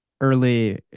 early